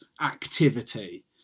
activity